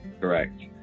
Correct